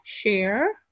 share